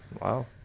Wow